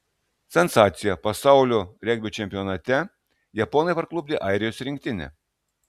sensacija pasaulio regbio čempionate japonai parklupdė airijos rinktinę